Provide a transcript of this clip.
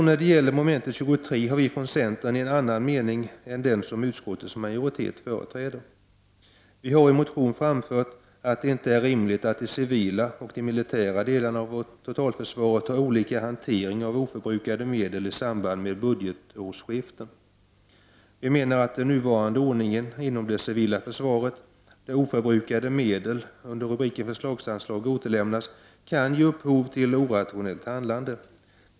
När det gäller mom. 23 har vi från centern en annan mening än den som utskottets majoritet företräder. Vi har i en motion framfört att det inte är rimligt att de civila och de militära delarna av totalförsvaret har olika hantering av oförbrukade medel i samband med budgetårsskiften. Vi menar att den nuvarande ordningen inom det civila försvaret, där oförbrukade medel under rubriken förslagsanslag återlämnas, kan ge upphov till orationellt handlande.